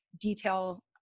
detail